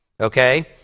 okay